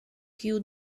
kiu